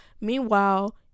meanwhile